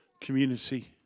community